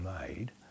made